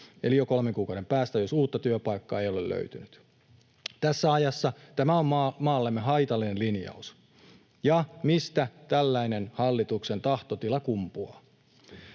eli jo kolmen kuukauden päästä, jos uutta työpaikkaa ei ole löytynyt. Tässä ajassa tämä on maallemme haitallinen lin- jaus. Ja mistä tällainen hallituksen tahtotila kumpuaa?